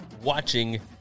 watching